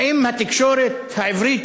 האם התקשורת העברית,